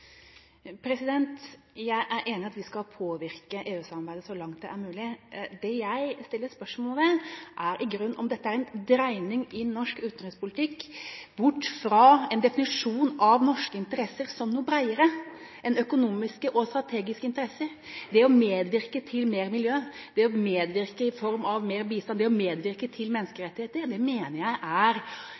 langt det er mulig. Det jeg stiller spørsmål ved, er i grunnen om dette er en dreining i norsk utenrikspolitikk bort fra en definisjon av norske interesser som noe bredere enn økonomiske og strategiske interesser? Det å medvirke til mer miljøpolitikk, det å medvirke i form av mer bistand, det å medvirke til å bedre menneskerettigheter mener jeg er